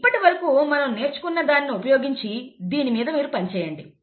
ఇప్పటివరకు మనం నేర్చుకున్న దానిని ఉపయోగించి దీని మీద పని చేయండి